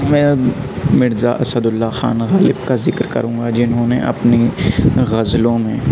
میں مرزا اسد اللہ خان غالب کا ذکر کروں گا جنہوں نے اپنی غزلوں میں